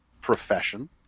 profession